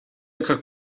jaka